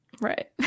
Right